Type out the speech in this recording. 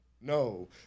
No